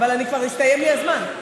אבל כבר הסתיים לי הזמן.